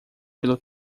pelo